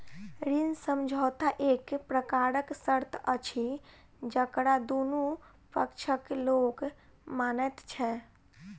ऋण समझौता एक प्रकारक शर्त अछि जकरा दुनू पक्षक लोक मानैत छै